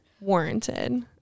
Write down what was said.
warranted